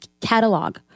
catalog